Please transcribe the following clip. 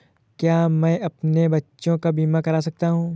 क्या मैं अपने बच्चों का बीमा करा सकता हूँ?